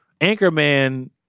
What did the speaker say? Anchorman